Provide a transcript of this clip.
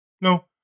No